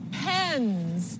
pens